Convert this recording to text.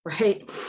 Right